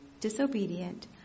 disobedient